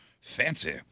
Fancy